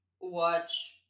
watch